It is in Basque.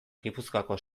gipuzkoako